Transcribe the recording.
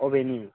अबेनि